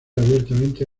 abiertamente